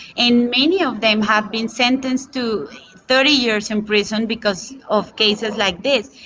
and many of them have been sentenced to thirty years in prison because of cases like this.